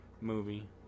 movie